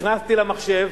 נכנסתי למחשב,